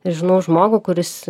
žinau žmogų kuris